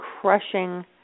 crushing